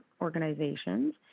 organizations